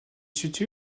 situé